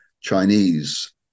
Chinese